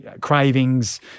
cravings